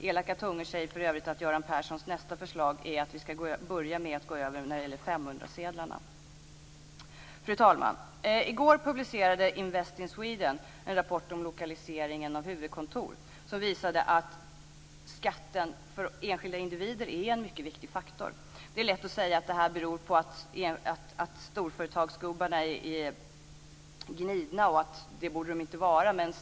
Elaka tungor säger för övrigt att Göran Perssons nästa förslag är att vi ska börja med att gå över när det gäller 500-sedlarna. Fru talman! I går publicerade Invest in Sweden en rapport om lokaliseringen av huvudkontor. Den visade att skatten för enskilda individer är en mycket viktig faktor. Det är lätt att säga att detta beror på att storföretagsgubbarna är gnidna och att de inte borde vara det.